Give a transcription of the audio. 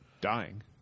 Dying